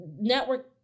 network